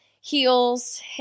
heels